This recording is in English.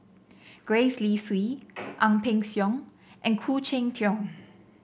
Gwee Li Sui Ang Peng Siong and Khoo Cheng Tiong